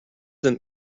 them